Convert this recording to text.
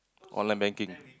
online banking